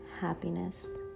happiness